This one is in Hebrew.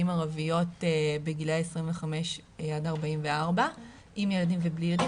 ערביות בגילאי 25 עד 44 עם ילדים ובלי ילדים.